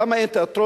למה אין תיאטרון?